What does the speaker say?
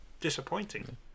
disappointing